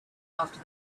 after